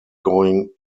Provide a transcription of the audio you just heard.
going